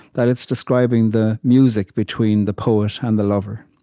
that it's describing the music between the poet and the lover.